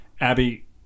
Abby